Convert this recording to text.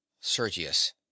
Sergius